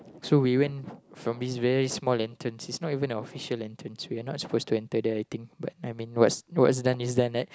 so we when from this very small entrance is not even a official entrance we're not supposed to enter there I think but I mean what's what's done is done right